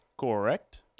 Correct